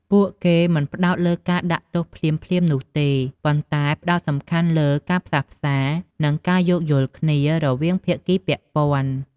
ពួកគេមិនផ្តោតលើការដាក់ទោសភ្លាមៗនោះទេ ប៉ុន្តែផ្តោតសំខាន់លើ ការផ្សះផ្សា និងការយោគយល់គ្នា រវាងភាគីពាក់ព័ន្ធ។